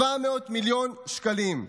700 מיליון שקלים.